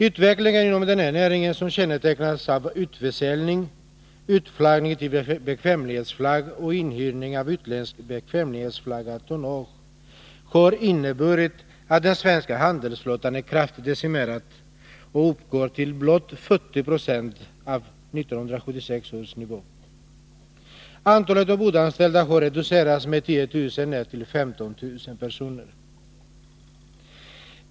Utvecklingen inom den här näringen — som kännetecknats av utförsäljning, utflaggning till bekvämlighetsflagg och inhyrning av utländskt bekvämlighetsflaggat tonnage — har inneburit att den svenska handelsflottan är kraftigt decimerad och uppgår till blott 40 96 av 1976 års flotta. Antalet ombordanställda har reducerats med 10 000 ned till 15 000 personer.